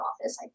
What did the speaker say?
office